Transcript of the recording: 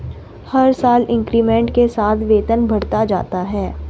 हर साल इंक्रीमेंट के साथ वेतन बढ़ता जाता है